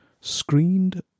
Screened